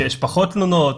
שיש פחות תלונות,